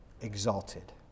exalted